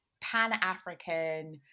pan-african